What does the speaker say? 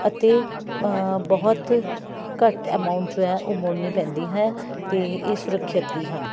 ਅਤੇ ਬਹੁਤ ਘੱਟ ਅਮਾਊਂਟ ਜੋ ਹੈ ਉਹ ਮੋੜਨੀ ਪੈਂਦੀ ਹੈ ਅਤੇ ਇਹ ਸੁਰੱਖਿਅਤ ਵੀ ਹਨ